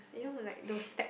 you know like those step